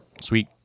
Sweet